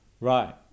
Right